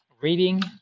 reading